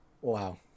Wow